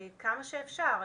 כמה שאפשר,